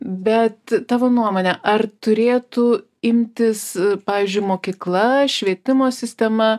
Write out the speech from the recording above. bet tavo nuomone ar turėtų imtis pavyzdžiui mokykla švietimo sistema